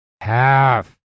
half